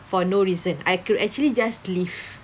for no reason I could actually just leave